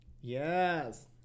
Yes